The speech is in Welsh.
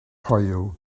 hoyw